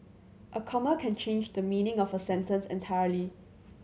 a comma can change the meaning of a sentence entirely